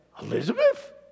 Elizabeth